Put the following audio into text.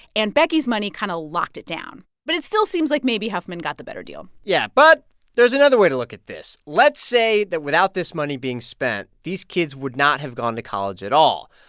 aunt becky's money kind of locked it down. but it still seems like maybe huffman got the better deal yeah. yeah. but there's another way to look at this. let's say that without this money being spent, these kids would not have gone to college at all.